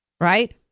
Right